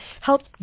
help